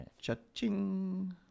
Cha-ching